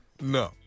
No